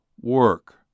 work